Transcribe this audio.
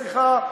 סליחה,